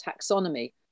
taxonomy